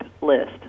list